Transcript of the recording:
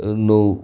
નું